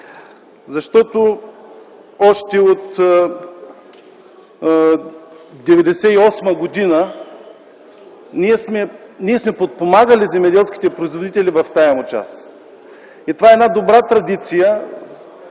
било. Още от 1998 г. ние сме подпомагали земеделските производители в тази част. Това е една добра традиция,